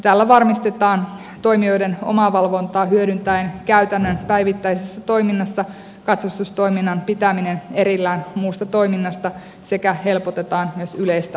tällä varmistetaan toimijoiden omavalvontaa hyödyntäen käytännön päivittäisessä toiminnassa katsastustoiminnan pitäminen erillään muusta toiminnasta sekä helpotetaan myös yleistä valvontaa